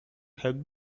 help